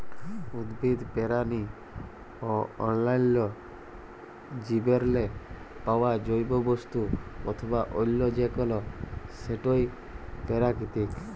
উদ্ভিদ, পেরানি অ অল্যাল্য জীবেরলে পাউয়া জৈব বস্তু অথবা অল্য যে কল সেটই পেরাকিতিক